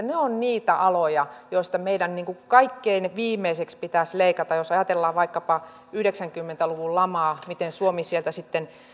ne ovat niitä aloja joista meidän kaikkein viimeiseksi pitäisi leikata jos ajatellaan vaikkapa yhdeksänkymmentä luvun lamaa miten suomi sieltä sitten